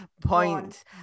point